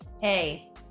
hey